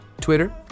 Twitter